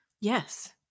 Yes